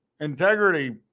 integrity